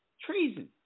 treason